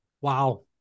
Wow